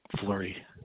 flurry